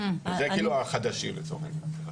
זה החדשים לצורך העניין.